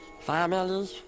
Family